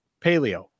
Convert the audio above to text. paleo